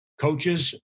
coaches